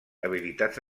habilitats